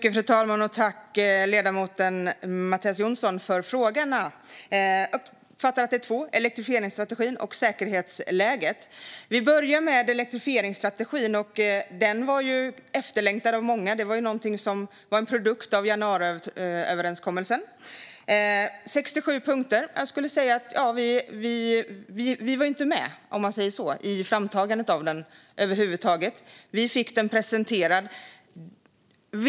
Fru talman! Tack, ledamoten Mattias Jonsson, för frågorna! Jag uppfattar att det är två frågor: en om elektrifieringsstrategin och en om säkerhetsläget. Vi börjar med elektrifieringsstrategin. Den var efterlängtad av många och var en produkt av januariöverenskommelsen. Den består av 67 punkter, och vi var inte med över huvud taget, om man säger så, i framtagandet av den. Vi fick den presenterad för oss.